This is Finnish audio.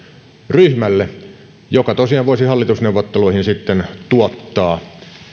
ryhmälle joka tosiaan voisi hallitusneuvotteluihin sitten tuottaa